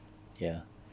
ya